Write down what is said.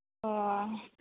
अ